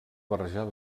barrejar